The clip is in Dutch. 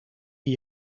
die